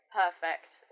perfect